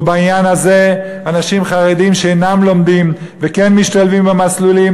ובעניין הזה אנשים חרדים שאינם לומדים וכן משתלבים במסלולים,